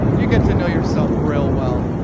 you get to know yourself real well.